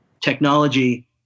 technology